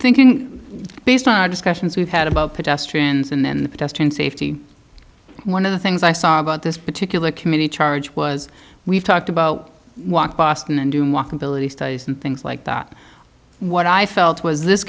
thinking based on our discussions we've had about pedestrians and then the pedestrian safety one of the things i saw about this particular committee charge was we've talked about walk boston and doing walkability studies and things like that what i felt was this